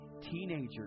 teenagers